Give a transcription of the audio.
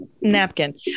napkin